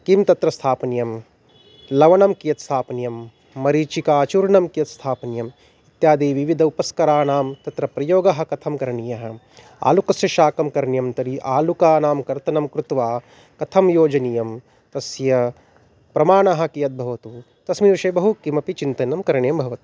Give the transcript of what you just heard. किं तत्र स्थापनीयं लवणं कियत् स्थापनीयं मरीचिकाचूर्णं कियत् स्थापनीयम् इत्यादि विविध उपस्कराणां तत्र प्रयोगः कथं करणीयः आलुकस्य शाकं करणीयं तर्हि आलुकानां कर्तनं कृत्वा कथं योजनीयं तस्य प्रमाणः कियत् भवतु तस्मिन् विषये बहु किमपि चिन्तनं करणीयं भवति